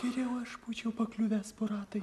geriau aš būčiau pakliuvęs po ratais